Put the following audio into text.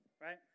right